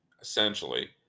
essentially